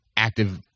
active